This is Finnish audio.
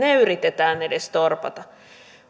yritetään edes torpata